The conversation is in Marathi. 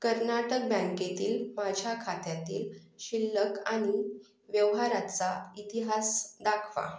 कर्नाटक बँकेतील माझ्या खात्यातील शिल्लक आणि व्यवहाराचा इतिहास दाखवा